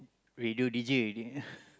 radio D_J already